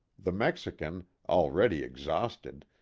the mexican, already exhausted,